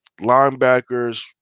linebackers